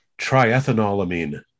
triethanolamine